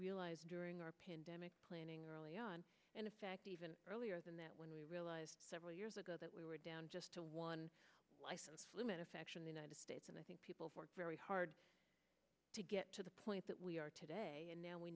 realized during our pandemic planning early on and in fact even earlier than that when we realized several years ago that we were down just to one license limit affection the united states and i think people for the hard to get to the point that we are today and now we